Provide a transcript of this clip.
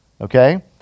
okay